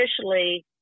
officially